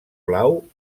blau